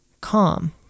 calm